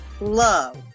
love